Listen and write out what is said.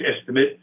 estimate